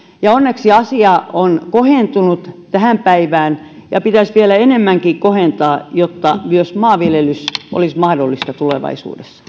onneksi asia on kohentunut tähän päivään mennessä ja sitä pitäisi vielä enemmänkin kohentaa jotta myös maanviljelys olisi mahdollista tulevaisuudessa